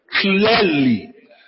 Clearly